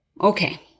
Okay